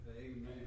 Amen